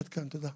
עד כאן, תודה.